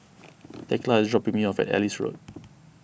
thekla is dropping me off at Ellis Road